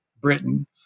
Britain